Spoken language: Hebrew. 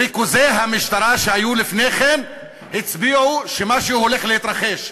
ריכוזי המשטרה שהיו לפני כן הצביעו שמשהו הולך להתרחש,